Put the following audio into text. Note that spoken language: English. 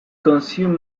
consume